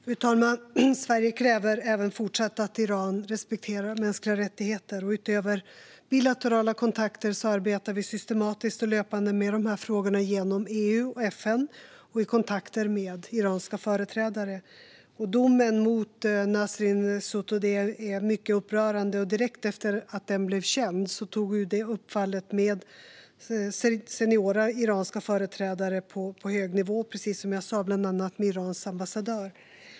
Fru talman! Sverige kräver även fortsättningsvis att Iran respekterar mänskliga rättigheter. Utöver bilaterala kontakter arbetar vi systematiskt och löpande med dessa frågor genom EU och FN och i kontakter med iranska företrädare. Domen mot Nasrin Sotoudeh är mycket upprörande, och så fort den blev känd tog UD upp fallet med seniora iranska företrädare på hög nivå, precis som jag sa, bland annat Irans ambassadör.